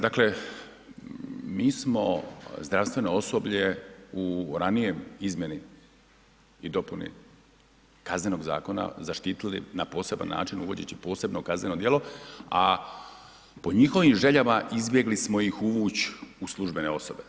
Dakle, mi smo zdravstveno osoblje u ranijem izmjeni i dopuni Kaznenog zakona zaštitili na poseban način uvodeći posebno kazneno djelo, a po njihovim željama izbjegli smo ih uvući u službene osobe.